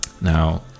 Now